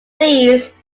these